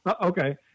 Okay